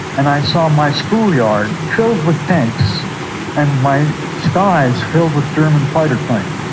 and i saw my school yard filled with tanks and my skies filled with german fighter planes.